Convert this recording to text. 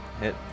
Hit